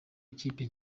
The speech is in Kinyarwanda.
ikipe